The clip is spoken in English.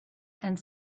and